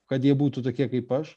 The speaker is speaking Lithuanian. kad jie būtų tokie kaip aš